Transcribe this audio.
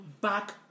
back